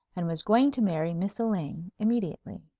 and was going to marry miss elaine immediately.